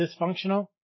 dysfunctional